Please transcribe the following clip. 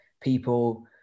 people